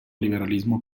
liberalismo